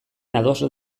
ados